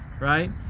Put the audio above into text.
right